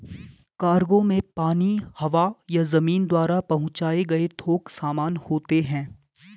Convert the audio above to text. cargo में पानी, हवा या जमीन द्वारा पहुंचाए गए थोक सामान होते हैं